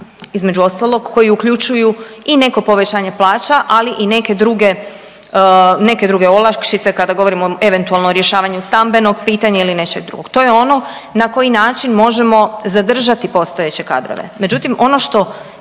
Između ostalog koji uključuju i neko povećanje plaća, ali i neke druge olakšice, kad govorimo eventualno o rješavanju stambenog pitanja ili nečeg drugog. To je ono na koji način možemo zadržati postojeće kadrove.